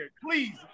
please